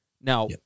Now